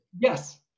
yes